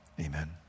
amen